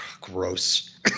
gross